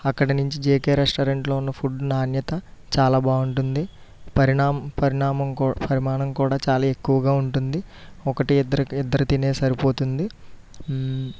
అక్కడ నుంచి జేకే రెస్టారెంట్లో ఉన్న ఫుడ్ నాణ్యత చాలా బాగుంటుంది పరిణామం పరిణామం పరిమాణం కూడా చాలా ఎక్కువగా ఉంటుంది ఒకరికి ఇద్దరికి ఇద్దరు తినే సరిపోతుంది